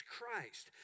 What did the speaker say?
Christ